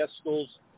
schools